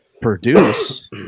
produce –